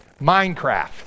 Minecraft